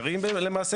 זה לא מונע.